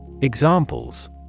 Examples